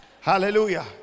hallelujah